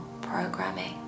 programming